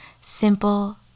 simple